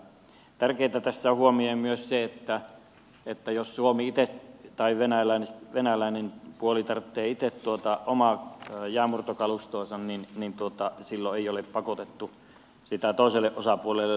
tärkeintä tässä on huomioida myös se että jos suomi itse tai venäläinen puoli tarvitsee itse tuota omaa jäänmurtokalustoansa niin silloin ei ole pakotettu sitä toiselle osapuolelle luovuttamaan